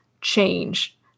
change